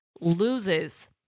loses